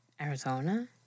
Arizona